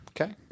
Okay